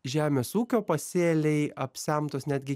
žemės ūkio pasėliai apsemtos netgi